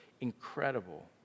incredible